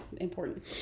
important